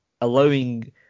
allowing